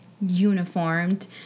uniformed